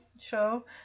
show